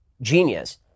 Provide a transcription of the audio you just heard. genius